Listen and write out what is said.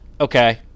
Okay